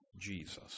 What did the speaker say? Jesus